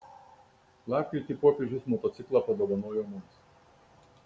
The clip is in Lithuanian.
lapkritį popiežius motociklą padovanojo mums